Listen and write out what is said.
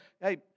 hey